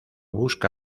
busca